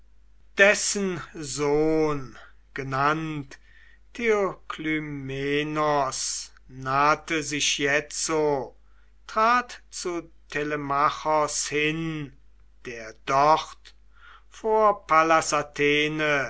dessen sohn genannt theoklymenos nahte sich jetzo trat zu telemachos hin der dort vor pallas